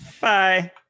Bye